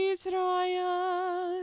Israel